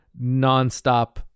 nonstop